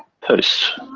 Posts